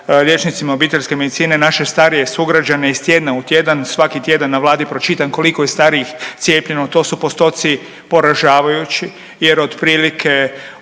liječnicima obiteljske medicine naše starije sugrađane iz tjedna u tjedan. Svaki tjedan na Vladi pročitam koliko je starijih cijepljeno. To su postoci poražavajući jer otprilike od